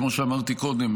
כמו שאמרתי קודם,